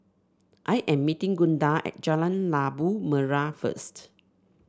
I am meeting Gunda at Jalan Labu Merah first